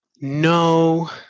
no